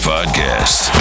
Podcast